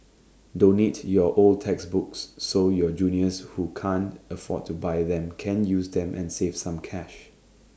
donate your old textbooks so your juniors who can't afford to buy them can use them and save some cash